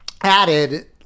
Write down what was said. added